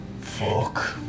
Fuck